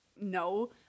no